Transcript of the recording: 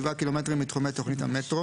שבעה קילומטרים מתחומי תוכנית המטרו,